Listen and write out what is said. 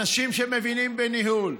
אנשים שמבינים בניהול.